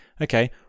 okay